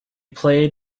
played